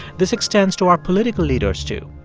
this extends to our political leaders, too.